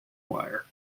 wire